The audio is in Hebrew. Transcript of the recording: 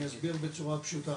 אני אסביר בצורה פשוטה.